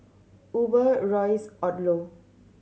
Uber Royce Odlo